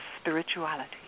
spirituality